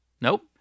Nope